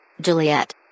Juliet